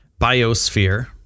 biosphere